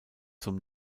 zum